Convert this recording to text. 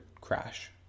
crash